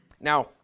Now